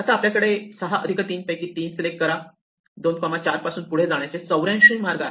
आता आपल्या कडे 6 अधिक 3 पैकी 3 सिलेक्ट करा 24 पासून पुढे जाण्याचे 84 मार्ग आहेत